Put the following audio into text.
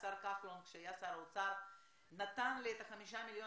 השר כחלון כשהיה שר אוצר נתן לי את החמישה מיליון